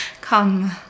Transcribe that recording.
Come